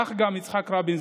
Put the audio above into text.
כך גם יצחק רבין,